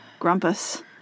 grumpus